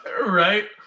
Right